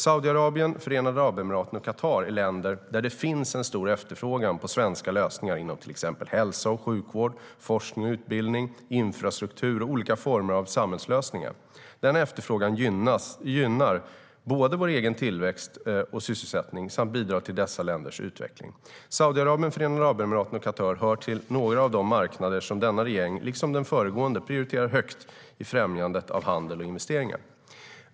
Saudiarabien, Förenade Arabemiraten och Qatar är länder där det finns en stor efterfrågan på svenska lösningar inom till exempel hälsa och sjukvård, forskning och utbildning, infrastruktur och olika former av samhällslösningar. Denna efterfrågan gynnar både vår egen tillväxt och sysselsättning samt bidrar till dessa länders utveckling. Saudiarabien, Förenade Arabemiraten och Qatar är några av de marknader som denna regering, liksom den föregående, prioriterar högt i främjandet av handel och investeringar.